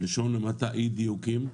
בלשון המעטה, אי-דיוקים.